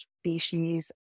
species